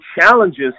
challenges